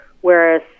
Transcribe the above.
whereas